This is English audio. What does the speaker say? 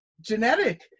genetic